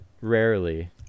rarely